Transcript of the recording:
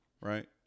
right